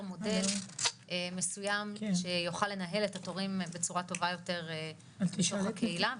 מודל מסוים שיוכל לנהל את התורים בצורה טובה ביותר בתוך הקהילה,